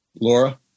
Laura